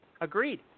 Agreed